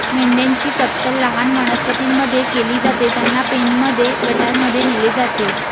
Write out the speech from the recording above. मेंढ्यांची कत्तल लहान वनस्पतीं मध्ये केली जाते, त्यांना पेनमध्ये गटांमध्ये नेले जाते